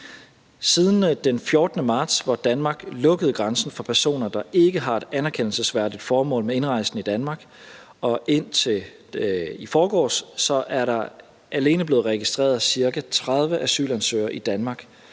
Siden den 14. marts, hvor Danmark lukkede grænsen for personer, der ikke har et anerkendelsesværdigt formål med indrejsen i Danmark, og indtil i forgårs er der alene blevet registreret ca. 30 asylansøgere i Danmark,